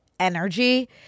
Energy